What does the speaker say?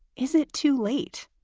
is it too late?